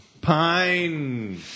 Pine